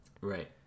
right